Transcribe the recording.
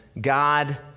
God